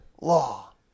law